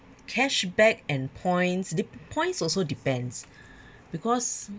cashback and points dep~ points also depends because